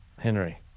Henry